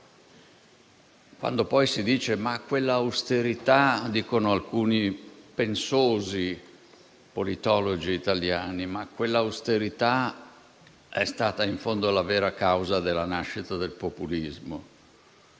italiani dicono che quell'austerità sia stata in fondo la vera causa della nascita del populismo.